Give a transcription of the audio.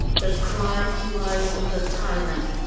the crime lies with the tyrant.